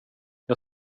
jag